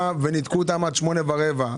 וניתקו אותם עד שמונה ורבע.